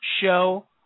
show